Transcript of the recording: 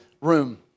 room